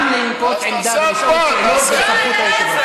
גם לנקוט עמדה וגם לשאול שאלות זה בסמכות היושב-ראש.